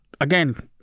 again